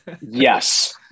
Yes